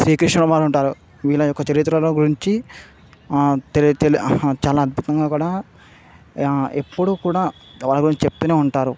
శ్రీక్రిష్ణుల వారుంటారు వీళ్ళ యొక్క చరిత్రల గురించి తెలి తెలి చాలా అద్భుతంగా కూడా ఎప్పుడూ కూడా వాళ్ళ గురించి చెప్తూనే ఉంటారు